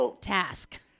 task